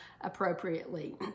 appropriately